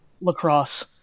Lacrosse